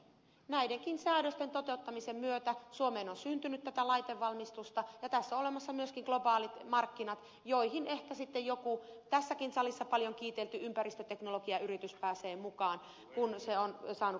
näidenkin säädösten toteuttamisen myötä suomeen on syntynyt tätä laitevalmistusta ja tässä on olemassa myöskin globaalit markkinat joihin ehkä sitten joku tässäkin salissa paljon kiitelty ympäristöteknologiayritys pääsee mukaan kun se on saanut kotimaista referenssiä